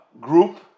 group